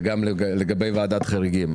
וגם לגבי ועדת חריגים.